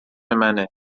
منه